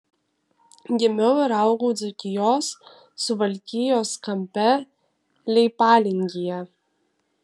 gimiau ir augau dzūkijos suvalkijos kampe leipalingyje